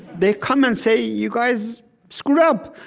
they come and say, you guys screwed up.